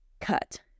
Cut